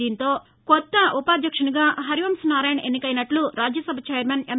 దీంతో కొత్త ఉపాధ్యక్షునిగా హరివంశ్ నారాయణ్ ఎన్నికైనట్లు రాజ్యసభ వైర్మన్ ఎం